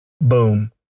Boom